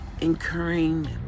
Incurring